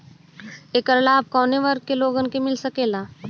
ऐकर लाभ काउने वर्ग के लोगन के मिल सकेला?